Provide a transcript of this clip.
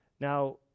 Now